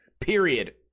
Period